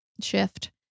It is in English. shift